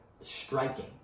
striking